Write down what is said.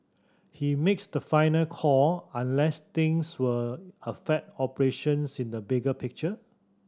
he makes the final call unless things will affect operations in the bigger picture